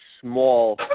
small